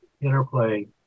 interplay